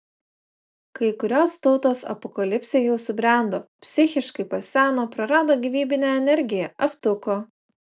kai kurios tautos apokalipsei jau subrendo psichiškai paseno prarado gyvybinę energiją aptuko